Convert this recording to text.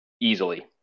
easily